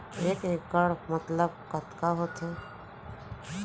एक इक्कड़ मतलब कतका होथे?